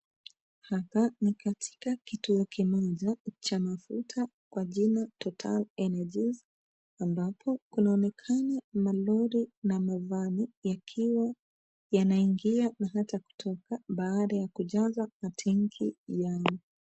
Hapa ni katika kituo kimoja cha mafuta kwa jina, total energies, ambapo kunaonekana malori na vans yakiwa yanaingia na hata kutoka baada ya kujaza matengi yamo.